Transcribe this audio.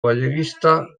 galleguista